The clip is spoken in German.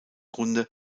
runde